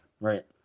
right